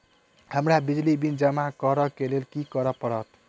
हमरा बिजली बिल जमा करऽ केँ लेल की करऽ पड़त?